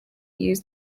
use